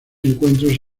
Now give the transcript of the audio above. encuentros